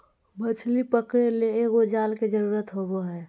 मछली पकरे ले एगो जाल के जरुरत होबो हइ